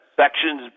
sections